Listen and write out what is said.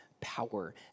power